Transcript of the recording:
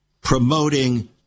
Promoting